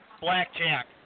blackjack